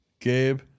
Gabe